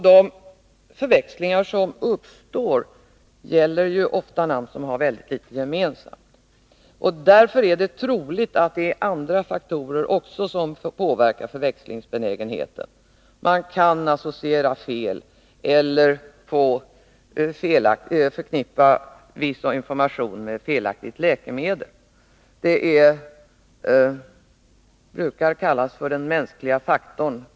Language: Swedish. De förväxlingar som uppstår gäller ofta namn som har mycket litet gemensamt, och därför är det troligt att det också är andra faktorer som påverkar förväxlingsbenägenheten. Man kan associera fel eller förknippa viss information med fel läkemedel. Det brukar kallas för den mänskliga faktorn.